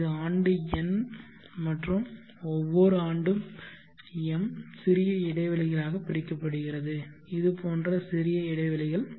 இது ஆண்டு n மற்றும் ஒவ்வொரு ஆண்டும் m சிறிய இடைவெளிகளாக பிரிக்கப்படுகிறது இது போன்ற சிறிய இடைவெளிகள்